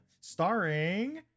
Starring